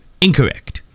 incorrect